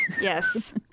Yes